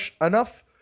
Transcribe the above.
enough